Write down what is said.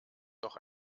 doch